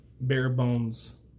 bare-bones